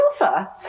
offer